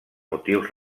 motius